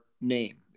name